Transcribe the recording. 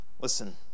Listen